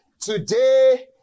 today